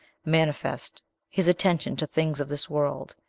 manifest his attention to things of this world,